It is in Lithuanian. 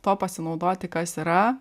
tuo pasinaudoti kas yra